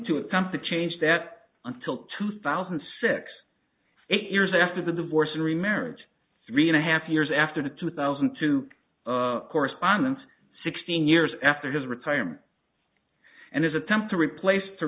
to attempt to change that until two thousand and six eight years after the divorce and remarriage three and a half years after the two thousand and two correspondence sixteen years after his retirement and his attempt to replace t